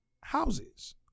houses